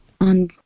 on